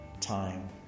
time